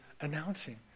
announcing